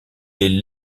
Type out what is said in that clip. est